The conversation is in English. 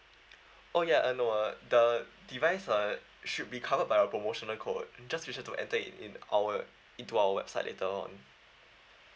oh ya uh no uh the device uh should be covered by a promotional code just be sure to enter it in our into our website later on